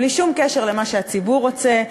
בלי שום קשר למה שהציבור רוצה.